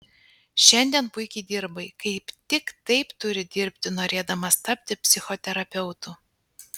šiandien puikiai dirbai kaip tik taip turi dirbti norėdamas tapti psichoterapeutu